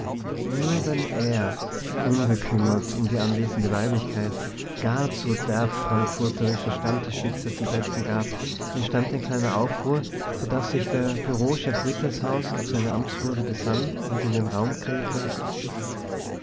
nur wenn er unbekümmert um die anwesende weiblichkeit gar zu derbfrankfurterische stammtischwitze zum besten gab entstand ein kleiner aufruhr so daß sich der bureauchef rittershaus auf seine amtswürde besann und in den raum krähte